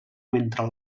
mentre